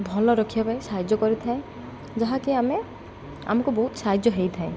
ଭଲ ରଖିବା ପାଇଁ ସାହାଯ୍ୟ କରିଥାଏ ଯାହାକି ଆମେ ଆମକୁ ବହୁତ ସାହାଯ୍ୟ ହେଇଥାଏ